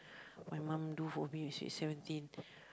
my mom do for me sweet seventeen